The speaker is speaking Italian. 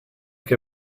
che